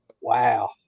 Wow